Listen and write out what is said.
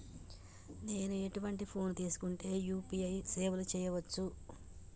నేను ఎటువంటి ఫోన్ తీసుకుంటే యూ.పీ.ఐ సేవలు చేయవచ్చు?